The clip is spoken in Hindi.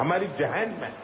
हमारे जहन में है